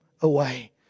away